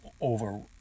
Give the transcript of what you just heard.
over